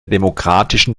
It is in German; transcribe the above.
demokratischen